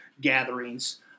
gatherings